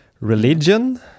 religion